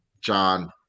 John